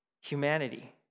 humanity